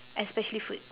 especially food